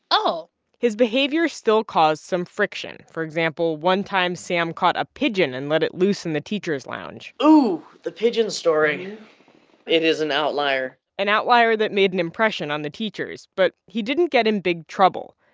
oh his behavior still caused some friction. for example, one time sam caught a pigeon and let it loose in the teacher's lounge oh, the pigeon story it is an outlier an outlier that made an impression on the teachers. but he didn't get in big trouble.